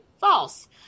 False